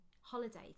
holiday